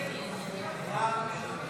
ההסתייגות לא התקבלה.